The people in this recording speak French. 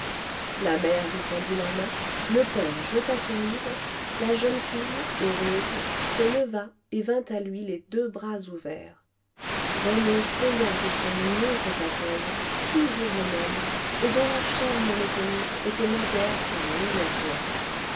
la mère lui tendit la main le père jeta son livre la jeune fille heureuse se leva et vint à lui les deux bras ouverts rené paya de son mieux cet accueil toujours le même et dont la chère monotonie était naguère sa meilleure joie